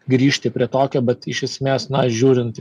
grįžti prie tokio bet iš esmės na žiūrint